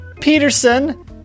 Peterson